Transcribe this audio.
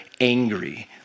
angry